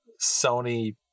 Sony